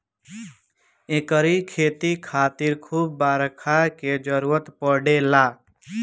एकरी खेती खातिर खूब बरखा के जरुरत पड़ेला